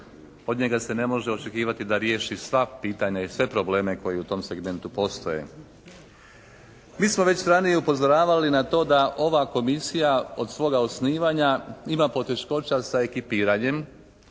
od njega se ne može očekivati da riješi sva pitanja i sve probleme koji u tom segmentu postoje. Mi smo već ranije upozoravali na to da ova Komisija od svoga osnivanja ima poteškoća sa ekipiranjem